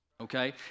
Okay